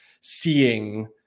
seeing